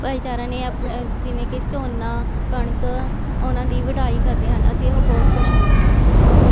ਭਾਈਚਾਰਾ ਨੇ ਆਪਣੇ ਜਿਵੇਂ ਕਿ ਝੋਨਾ ਕਣਕ ਉਹਨਾਂ ਦੀ ਵਢਾਈ ਕਰਦੇ ਹਨ ਅਤੇ ਉਹ ਬਹੁਤ ਖੁਸ਼ ਹੁੰਦੇ ਹਨ